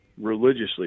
religiously